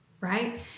right